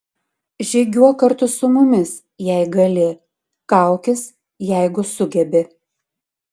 žygiuok kartu su mumis jei gali kaukis jeigu sugebi